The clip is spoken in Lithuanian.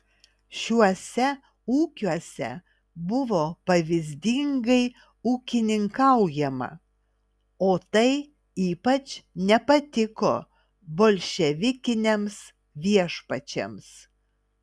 šiuose ūkiuose buvo pavyzdingai ūkininkaujama o tai ypač nepatiko bolševikiniams viešpačiams